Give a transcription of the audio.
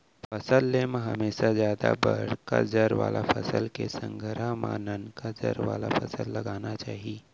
फसल ले म हमेसा जादा बड़का जर वाला फसल के संघरा म ननका जर वाला फसल लगाना चाही